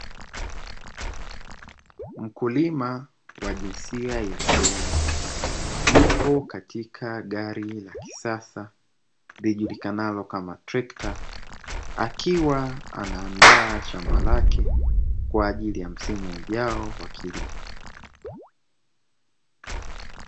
Mkulima wa jinsia ya kiume, yupo katika gari la kisasa lijulikanalo kama trekta, akiwa ana andaa shamba lake kwa ajili ya msimu ujao wa kilimo.